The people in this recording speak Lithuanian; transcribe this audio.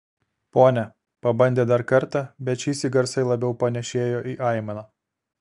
pone pabandė dar kartą bet šįsyk garsai labiau panėšėjo į aimaną